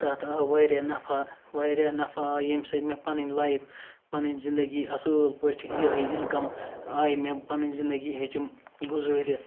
تَتھ آو واریاہ نَفع واریاہ نَفع آو ییٚمہِ سۭتۍ مےٚ پَنٕنۍ لایِف پَنٕنۍ زِندَگی اَصۭل پٲٹھۍ یِہے اِنکَم آیہِ مےٚ پَنٕنۍ زِندَگی ہیٚچم گُزٲرِتھ